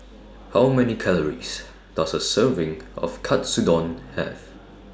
How Many Calories Does A Serving of Katsudon Have